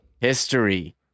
history